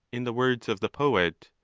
in the words of the poet,